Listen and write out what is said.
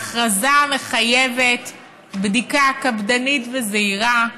ההכרזה מחייבת בדיקה קפדנית וזהירה,